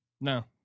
no